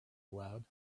aloud